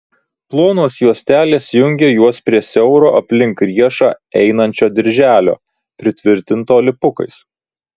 plonos juostelės jungė juos prie siauro aplink riešą einančio dirželio pritvirtinto lipukais